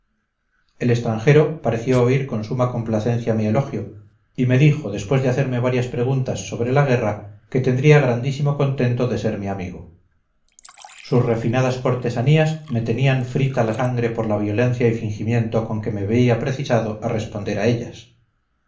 el extranjero pareció oír con suma complacencia mi elogio y me dijo después de hacerme varias preguntas sobre la guerra que tendría grandísimo contento en ser mi amigo sus refinadas cortesanías me tenían frita la sangre por la violencia y fingimiento con que me veía precisado a responder a ellas